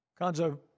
Conzo